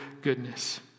goodness